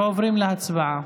ועוברים להצבעה.